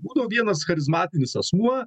būdavo vienas charizmatinis asmuo